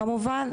כמובן.